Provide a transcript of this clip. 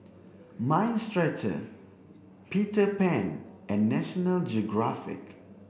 mind Stretcher Peter Pan and National Geographic